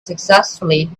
successfully